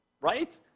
right